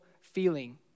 feeling